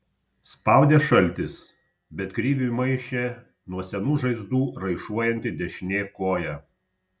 spaudė šaltis bet kriviui maišė nuo senų žaizdų raišuojanti dešinė koja